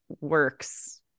works